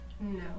No